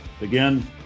Again